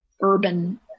urban